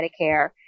Medicare